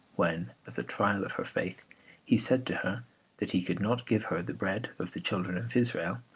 when as a trial of her faith he said to her that he could not give her the bread of the children of israel,